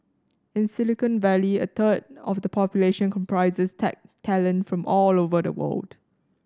in Silicon Valley a third of the population comprises tech talent from all over the world